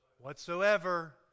Whatsoever